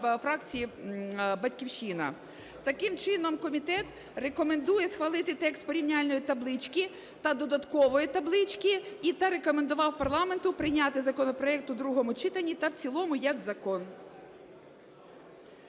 Таким чином, комітет рекомендує схвалити текст порівняльної таблички та додаткової таблички та рекомендував парламенту прийняти законопроект в другому читанні та в цілому як закон.